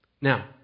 Now